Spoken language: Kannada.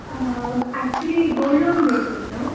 ಹಾಂ ಆಕ್ಚುಲಿ ಗೋಲ್ಡ್ ಲೋನ್ ಬೇಕಿತ್ತು